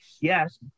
Yes